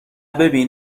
ببین